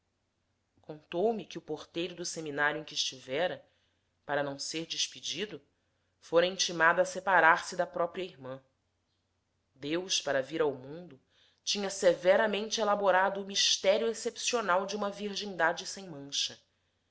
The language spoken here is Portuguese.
eterna contou-me que o porteiro do seminário em que estivera para não ser despedido fora intimado a separar-se da própria irmã deus para vir ao mundo tinha severamente elaborado o mistério excepcional de uma virgindade sem mancha